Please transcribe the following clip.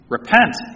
Repent